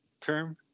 term